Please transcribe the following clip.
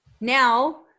now